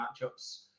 matchups